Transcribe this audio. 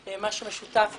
מה שמשותף לכולנו,